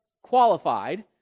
qualified